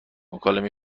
مکالمه